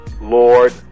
Lord